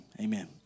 Amen